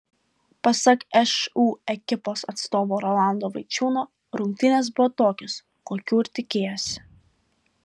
pasak šu ekipos atstovo rolando vaičiūno rungtynės buvo tokios kokių ir tikėjosi